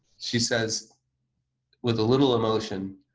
she says with a little emotion,